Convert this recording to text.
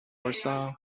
warsaw